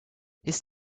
his